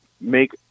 make